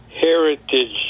Heritage